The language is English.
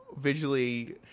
Visually